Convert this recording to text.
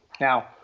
Now